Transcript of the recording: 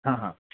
हाँ हाँ